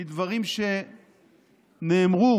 מדברים שנאמרו